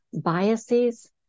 biases